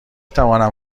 توانم